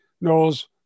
knows